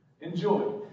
Enjoy